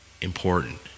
important